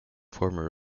former